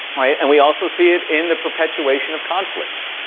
right? and we also see it in the perpetuation of conflict.